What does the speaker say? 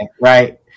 right